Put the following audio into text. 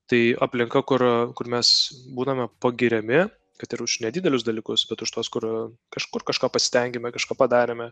tai aplinka kur kur mes būname pagiriami kad ir už nedidelius dalykus bet už tuos kur kažkur kažką pasistengėme kažką padarėme